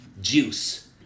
juice